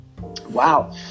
wow